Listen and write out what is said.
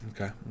okay